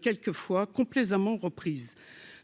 quelques fois complaisamment reprise